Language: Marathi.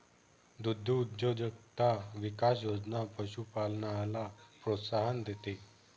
दुग्धउद्योजकता विकास योजना पशुपालनाला प्रोत्साहन देते